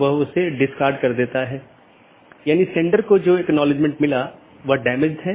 यहाँ मल्टी होम AS के 2 या अधिक AS या उससे भी अधिक AS के ऑटॉनमस सिस्टम के कनेक्शन हैं